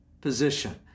position